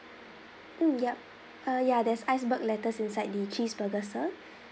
mm ya uh ya there's iceberg lettuce inside the cheeseburger sir